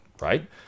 right